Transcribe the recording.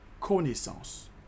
connaissance